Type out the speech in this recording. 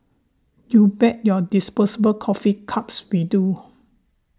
you bet your disposable coffee cups we do